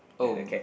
oh